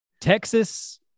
Texas